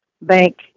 bank